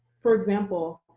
for example,